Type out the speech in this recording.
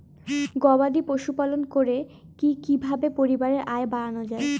গবাদি পশু পালন করে কি কিভাবে পরিবারের আয় বাড়ানো যায়?